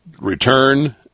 return